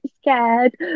scared